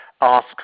ask